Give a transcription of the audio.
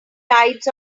tides